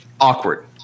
awkward